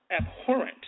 abhorrent